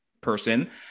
person